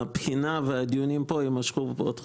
הבחינה והדיונים פה יימשכו עוד חודשים.